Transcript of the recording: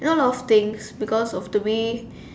you know a lot of things because of the way